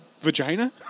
vagina